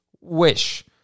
wish